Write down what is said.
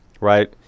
right